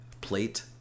plate